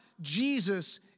Jesus